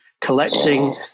collecting